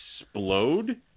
explode